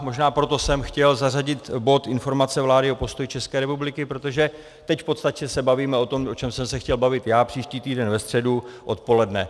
Možná proto jsem chtěl zařadit bod informace vlády o postoji České republiky, protože teď v podstatě se bavíme o tom, o čem jsem se chtěl bavit já příští týden ve středu odpoledne.